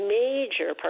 major